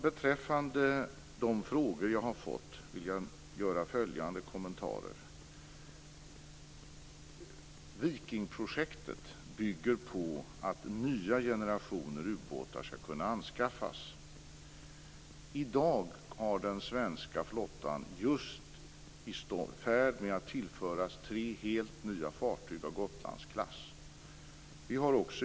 Beträffande de frågor jag har fått vill jag göra följande kommentarer. Vikingprojektet bygger på att nya generationer ubåtar skall kunna anskaffas. I dag är den svenska flottan just i färd med att tillföras tre helt nya fartyg av Gotlandsklass.